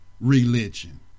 religion